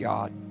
God